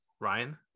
Ryan